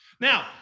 Now